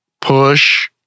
push